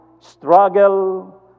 struggle